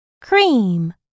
Cream